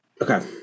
Okay